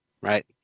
right